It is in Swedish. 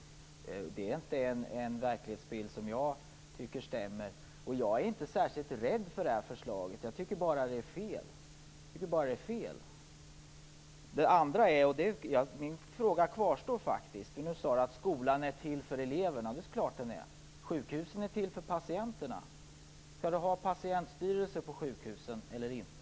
Jag tycker inte att den här verklighetsbilden stämmer, och jag är inte särskilt rädd för förslaget - jag tycker bara att det är fel. Min fråga kvarstår. Tomas Eneroth sade att skolan är till för eleverna, och det är klart att den är. Sjukhusen är till för patienterna. Skall Tomas Eneroth ha patientstyrelser på sjukhusen eller inte?